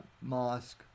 Mosque